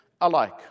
alike